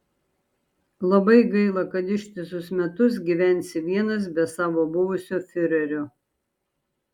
labai gaila kad ištisus metus gyvensi vienas be savo buvusio fiurerio